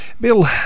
Bill